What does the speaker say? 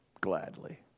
gladly